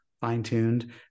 fine-tuned